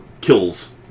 kills